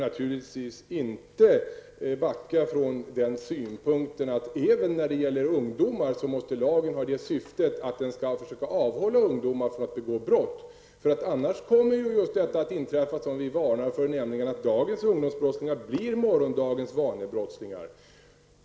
Naturligtvis backar jag inte från den framförda synpunkten att lagen måste syfta till att försöka avhålla även barn och ungdomar från att begå brott. Annars kommer det som vi varnar för att inträffa, nämligen att dagens ungdomsbrottslingar blir morgondagens vanebrottslingar.